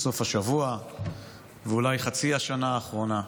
לסוף השבוע ואולי לחצי השנה האחרונה.